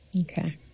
Okay